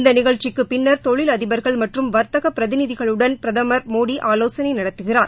இந்த நிகழ்ச்சிக்கு பின்னர் தொழில் அதிபர்கள் மற்றும் வர்த்தகப் பிரதிநிதிகளுடன் பிரதமர் மோடி ஆலோசனை நடத்துகிறார்